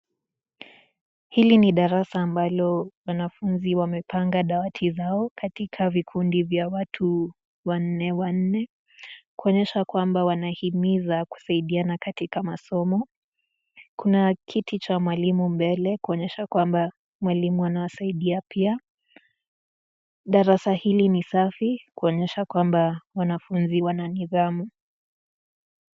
Hili ni darasa ambalo wanafunzi wamepanga dawati zao, katika vikundi vya watu wanne wanne. Kuonyesha kwamba wanahimiza kusaidiana katika masomo. Kuna kiti cha mwalimu mbele, kuonyesha kwamba mwalimu anawasaidia pia. Darasa hili ni safi kuonyesha kwamba wanafunzi wananidhamu.